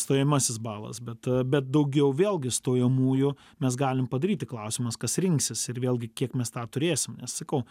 stojamasis balas bet bet daugiau vėlgi stojamųjų mes galim padaryti klausimas kas rinksis ir vėlgi kiek mes tą turėsim nes sakau